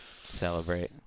celebrate